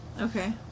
okay